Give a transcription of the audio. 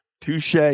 Touche